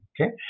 okay